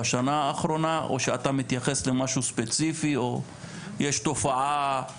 בשנה האחרונה או שאתה מתייחס למשהו ספציפי או יש תופעה רוחבית?